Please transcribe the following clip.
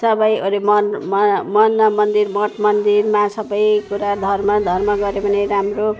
सबै मन मन मन्दिर मठ मन्दिरमा सबै कुरा धर्म धर्म गर्यो भने राम्रो